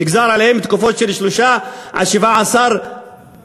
נגזרו עליהם תקופות של שלוש שנים ועד 17 שנים.